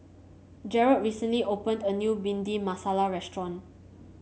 Jerald recently opened a new Bhindi Masala restaurant